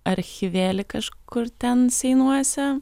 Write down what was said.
archyvėlį kažkur ten seinuose